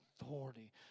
authority